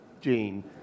gene